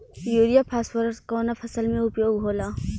Urea phosphorus कवना फ़सल में उपयोग होला?